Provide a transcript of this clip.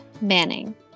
Manning